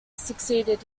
succeeded